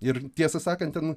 ir tiesą sakant ten